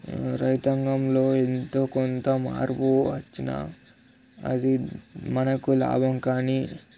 రైతాంగంలో ఎంతో కొంత మార్పు వచ్చినా అది మనకు లాభం కానీ